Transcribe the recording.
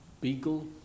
Beagle